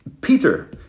Peter